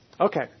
Okay